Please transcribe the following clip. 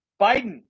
Biden